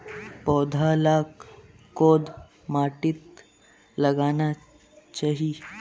पौधा लाक कोद माटित लगाना चही?